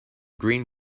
green